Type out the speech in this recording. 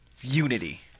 unity